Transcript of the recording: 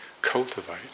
cultivate